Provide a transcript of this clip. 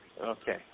Okay